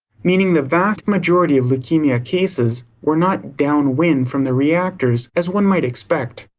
meaning the vast majority of leukemia chases were not downwind from the reactors, as one might expect.